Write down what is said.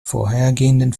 vorhergehenden